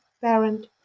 parent